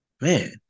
Man